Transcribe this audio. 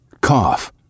cough